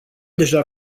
deja